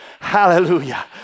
Hallelujah